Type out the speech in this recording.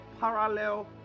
parallel